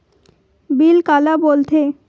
Bill काला बोल थे?